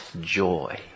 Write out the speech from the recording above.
joy